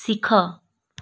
ଶିଖ